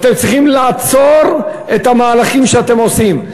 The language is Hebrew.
אתם צריכים לעצור את המהלכים שאתם עושים,